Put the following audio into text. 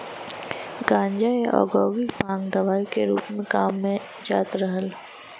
गांजा, या औद्योगिक भांग दवाई के रूप में काम में जात रहल